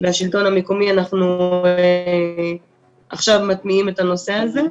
והשלטון המקומי אנחנו עכשיו מתניעים את הנושא הזה.